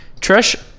Trish